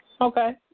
okay